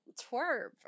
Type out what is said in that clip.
twerp